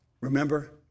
remember